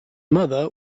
mother